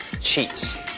cheats